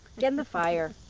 getting the fire,